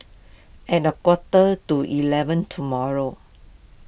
at a quarter to eleven tomorrow